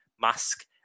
mask